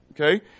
okay